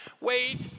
Wait